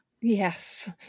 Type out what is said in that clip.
Yes